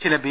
ചില ബി